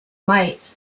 might